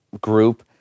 group